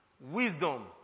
Wisdom